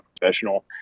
professional